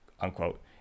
unquote